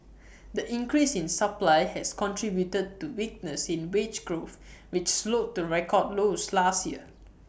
the increase in supply has contributed to weakness in wage growth which slowed to record lows last year